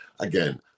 Again